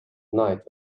night